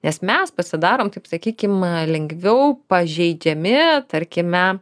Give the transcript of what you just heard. nes mes pasidarom taip sakykim lengviau pažeidžiami tarkime